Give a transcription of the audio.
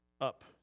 up